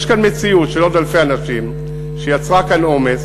יש פה מציאות של עוד אלפי אנשים, שיצרה כאן עומס,